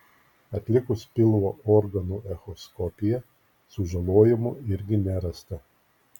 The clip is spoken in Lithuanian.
atlikus pilvo organų echoskopiją sužalojimų irgi nerasta